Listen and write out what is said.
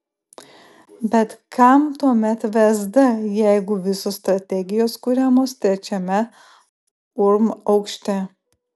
bet kam tuomet vsd jeigu visos strategijos kuriamos trečiame urm aukšte